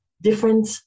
different